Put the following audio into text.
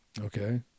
Okay